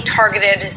targeted